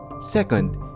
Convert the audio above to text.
Second